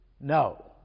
no